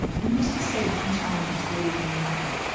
and who's to say one challenge is greater than another.